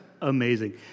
amazing